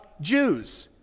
Jews